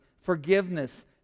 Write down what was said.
forgiveness